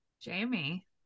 Jamie